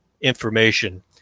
information